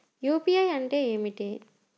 UPI అంటే ఏమిటి?